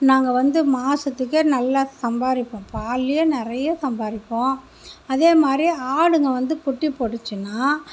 நாங்கள் வந்து மாதத்துக்கே நல்லா சம்பாரிப்போம் பால்லையே நிறைய சம்பாரிப்போம் அதே மாதிரி ஆடுங்க வந்து குட்டி போட்டுச்சின்னா